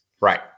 Right